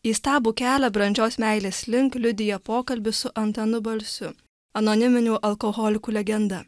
įstabų kelią brandžios meilės link liudijo pokalbis su antanu balsiu anoniminių alkoholikų legenda